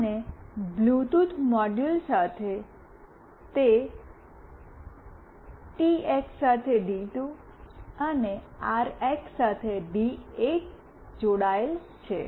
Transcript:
અને Bluetooth module સાથે તે ટીએક્સ સાથે ડી2 અને આરએક્સ સાથે ડી8 જોડાયેલ છે